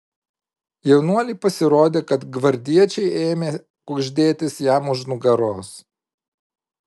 jaunuoliui pasirodė kad gvardiečiai ėmė kuždėtis jam už nugaros